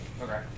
Okay